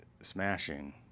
smashing